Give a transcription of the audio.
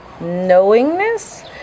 knowingness